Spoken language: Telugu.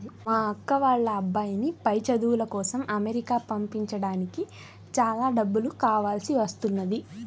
మా అక్క వాళ్ళ అబ్బాయిని పై చదువుల కోసం అమెరికా పంపించడానికి చాలా డబ్బులు కావాల్సి వస్తున్నది